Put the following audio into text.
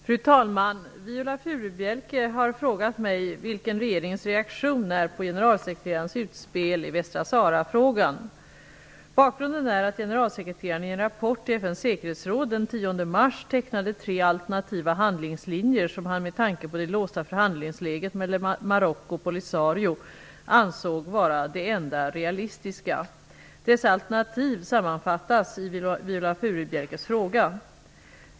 Fru talman! Viola Furubjelke har frågat mig vilken regeringens reaktion är på generalsekreterarens utspel i Västra Sahara-frågan. Bakgrunden är att generalsekreteraren i en rapport till FN:s säkerhetsråd den 10 mars tecknade tre alternativa handlingslinjer, som han med tanke på det låsta förhandlingsläget mellan Marocko och Polisario ansåg vara de enda realistiska. Dessa alternativ sammanfattas i Viola Furubjelkes fråga.